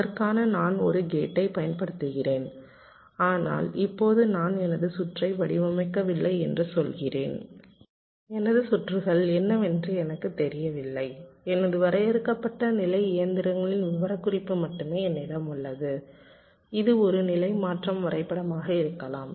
அதற்காக நான் ஒரு கேட்டை பயன்படுத்துகிறேன் ஆனால் இப்போது நான் எனது சுற்றை வடிவமைக்கவில்லை என்று சொல்கிறேன் எனது சுற்றுகள் என்னவென்று எனக்குத் தெரியவில்லை எனது வரையறுக்கப்பட்ட நிலை இயந்திரங்களின் விவரக்குறிப்பு மட்டுமே என்னிடம் உள்ளது இது ஒரு நிலை மாற்றம் வரைபடமாக இருக்கலாம்